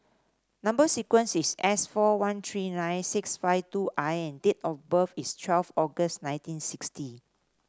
number sequence is S four one three nine six five two I and date of birth is twelve August nineteen sixty